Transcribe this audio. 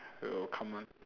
will come one